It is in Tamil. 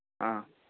ஆ